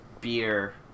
beer